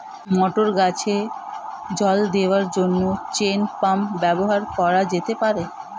মটর গাছে জল দেওয়ার জন্য চেইন পাম্প ব্যবহার করা যেতে পার?